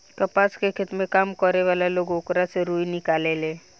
कपास के खेत में काम करे वाला लोग ओकरा से रुई निकालेले